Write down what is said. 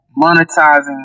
monetizing